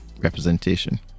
representation